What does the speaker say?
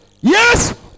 yes